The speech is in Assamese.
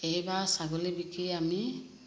এইবাৰ ছাগলী বিকি আমি